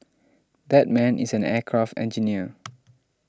that man is an aircraft engineer